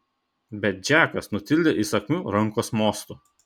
bet džekas nutildė įsakmiu rankos mostu